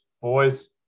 boys